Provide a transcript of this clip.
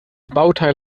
bauteil